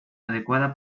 adecuada